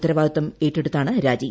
ഉത്തരവാദിത്തം ഏറ്റെടുത്താണ് രാജി